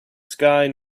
sky